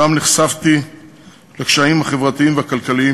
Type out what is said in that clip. שבה נחשפתי לקשיים החברתיים והכלכליים